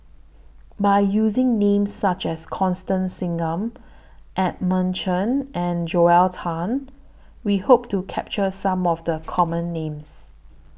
By using Names such as Constance Singam Edmund Chen and Joel Tan We Hope to capture Some of The Common Names